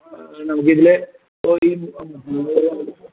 നമുക്ക് ഇതില്